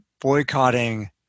boycotting